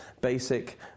basic